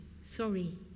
sorry